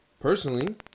Personally